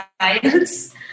science